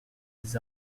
des